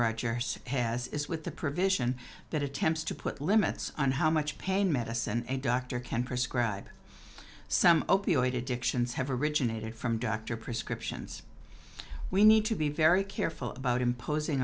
rogers has is with the provision that attempts to put limits on how much pain medicine a doctor can prescribe some opioid addictions have originated from doctor prescriptions we need to be very careful about imposing